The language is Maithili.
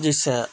जाहिसँ